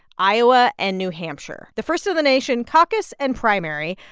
iowa and new hampshire, the first-of-the-nation caucus and primary.